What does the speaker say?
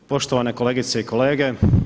Poštovane kolegice i kolege.